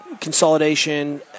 consolidation